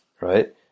right